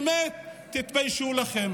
באמת, תתביישו לכם.